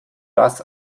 das